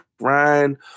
Ryan